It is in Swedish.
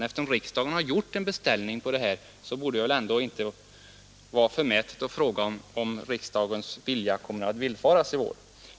Eftersom riksdagen har gjort en beställning, borde det väl ändå inte vara förmätet att fråga om riksdagens vilja kommer att uppfyllas i vår.